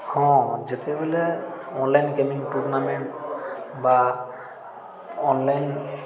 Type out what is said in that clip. ହଁ ଯେତେବେଳେ online gaming tournament ବା ଅନ୍ଲାଇନ୍